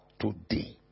today